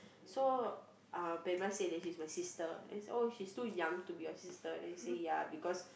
so uh says that she's my sister and oh she's too young to be your sister then say ya because